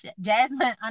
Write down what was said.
Jasmine